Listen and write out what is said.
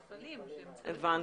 הבנתי.